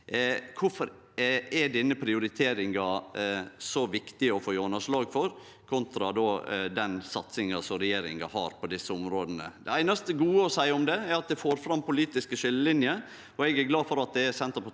Kvifor er denne prioriteringa så viktig å få gjennomslag for, kontra den satsinga regjeringa har på desse områda? Det einaste gode å seie om det, er at det får fram politiske skiljelinjer. Eg er glad for at det er Senterpartiet,